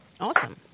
Awesome